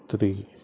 three